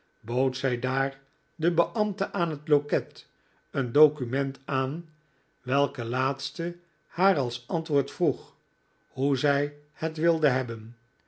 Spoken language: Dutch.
bood zij daar den beambte aan het loket een document aan welke laatste haar als antwoord vroeg hoe zij het wilde hebben